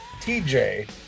TJ